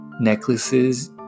necklaces